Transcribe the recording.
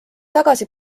tagasi